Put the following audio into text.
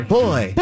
boy